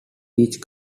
each